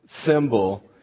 symbol